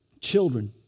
Children